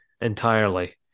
entirely